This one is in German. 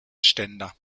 ständer